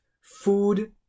food